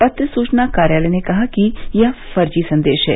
पत्र सूचना कार्यालय ने कहा है कि यह फर्जी संदेश है